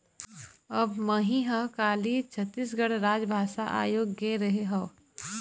अब मही ह काली छत्तीसगढ़ राजभाषा आयोग गे रेहे हँव